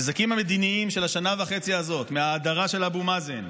הנזקים המדיניים של השנה וחצי האלה מההאדרה של אבו מאזן,